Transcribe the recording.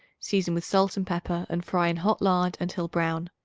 season with salt and pepper and fry in hot lard until brown.